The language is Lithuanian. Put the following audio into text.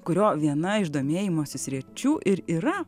kurio viena iš domėjimosi sričių ir yra